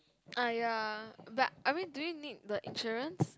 !aiya! but I mean do you need the insurance